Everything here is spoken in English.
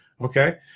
okay